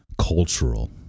cultural